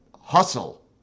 hustle